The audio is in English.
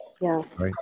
Yes